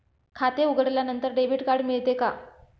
खाते उघडल्यानंतर debit card मिळते का?